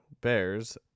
Bears